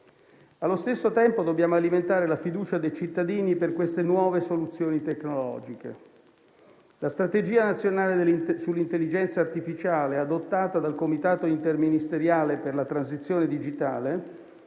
Allo stesso tempo, dobbiamo alimentare la fiducia dei cittadini per queste nuove soluzioni tecnologiche. La strategia nazionale sull'intelligenza artificiale, adottata dal Comitato interministeriale per la transizione digitale,